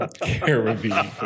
Caribbean